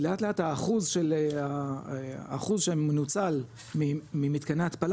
ולאט לאט האחוז שמנוצל ממתקני ההתפלה